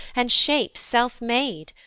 and shapes self-made,